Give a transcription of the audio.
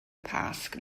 pasg